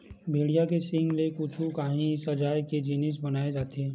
भेड़िया के सींग ले कुछु काही सजाए के जिनिस बनाए जाथे